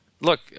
Look